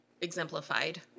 exemplified